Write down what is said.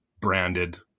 branded